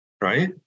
right